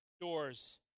doors